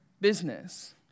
business